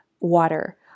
water